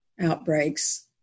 outbreaks